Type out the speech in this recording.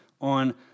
on